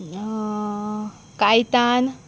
Caitan